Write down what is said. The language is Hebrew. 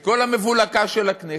את כל המבולקה של הכנסת,